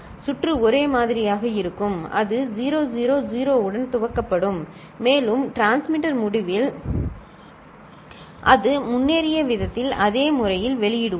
சுற்று ஒரே மாதிரியாக இருக்கும் அது 0 0 0 உடன் துவக்கப்படும் மேலும் டிரான்ஸ்மிட்டர் முடிவில் அது முன்னேறிய விதத்தில் அதே முறையில் வெளியிடுவோம்